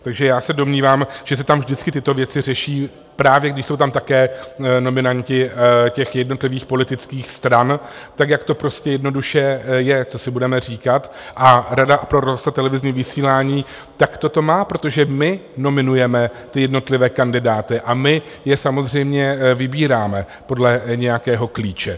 Takže já se domnívám, že se tam vždycky tyto věci řeší, právě když jsou tam také nominanti jednotlivých politických stran, tak jak to prostě a jednoduše je, co si budeme říkat, a Rada pro rozhlasové a televizní vysílání to takto má, protože my nominujeme jednotlivé kandidáty a my je samozřejmě vybíráme podle nějakého klíče.